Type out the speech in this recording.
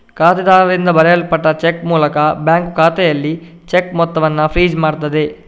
ಖಾತೆದಾರರಿಂದ ಬರೆಯಲ್ಪಟ್ಟ ಚೆಕ್ ಮೂಲಕ ಬ್ಯಾಂಕು ಖಾತೆಯಲ್ಲಿ ಚೆಕ್ ಮೊತ್ತವನ್ನ ಫ್ರೀಜ್ ಮಾಡ್ತದೆ